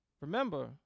Remember